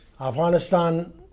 Afghanistan